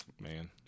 Man